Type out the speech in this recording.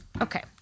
Okay